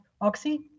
Oxy